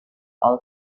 all